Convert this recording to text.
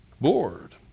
board